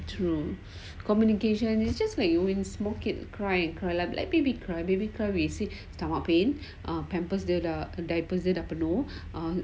true communication is just like you when small kid cry and cry like babies cry baby cry we will say stomach pain or pampers dia dah penuh um